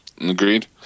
Agreed